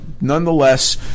nonetheless